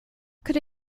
could